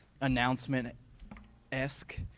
announcement-esque